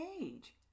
age